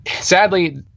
Sadly